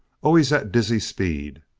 always at dizzy speed.